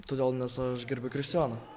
todėl nes aš gerbiu kristijoną